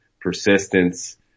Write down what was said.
persistence